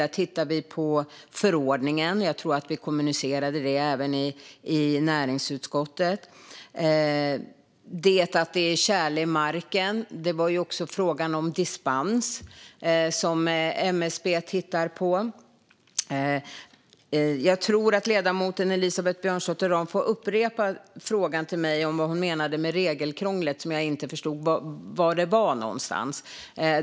Där tittar vi på förordningen; jag tror att vi kommunicerade detta även i näringsutskottet. Det handlar om att det är tjäle i marken. Vi har också frågan om dispens, som MSB tittar på. Jag tror att ledamoten Elisabeth Björnsdotter Rahm får upprepa frågan till mig och förklara vad hon menade med regelkrånglet. Jag förstod inte var detta fanns.